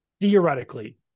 theoretically